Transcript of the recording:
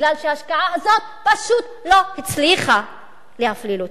בגלל שההשקעה הזאת פשוט לא הצליחה להפליל אותי.